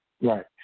Right